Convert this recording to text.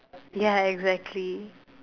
ya exactly